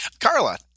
Carla